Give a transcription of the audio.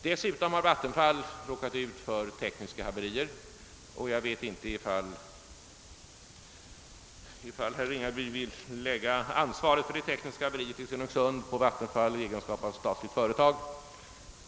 Dessutom har Vattenfall råkat ut för tekniska haverier. Jag vet inte om herr Ringaby vill lägga ansvaret för det tek niska haveriet i Stenungsund på Vattenfall i egenskap av statligt företag.